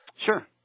Sure